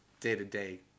day-to-day